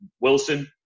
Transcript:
Wilson